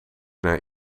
naar